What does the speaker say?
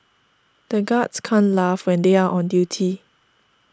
the guards can't laugh when they are on duty